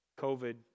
COVID